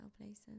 places